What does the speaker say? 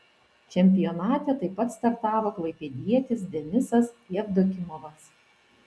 čempionate taip pat startavo klaipėdietis denisas jevdokimovas